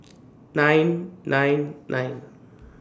nine nine nine